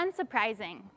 unsurprising